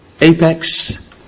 apex